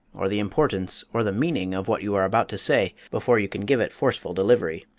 or the importance, or the meaning, of what you are about to say before you can give it forceful delivery.